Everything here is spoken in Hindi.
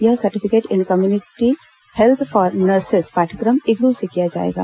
यह certificate in community health for nurses पाठ्यक्रम इग्नू से किया जाएगा